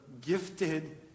gifted